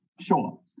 Sure